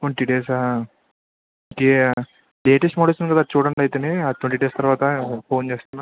twenty డేసా latest models కదా చూడండి అయితే ఆ ట్వంటీ డేస్ తర్వాత ఫోన్ చేస్తున్నా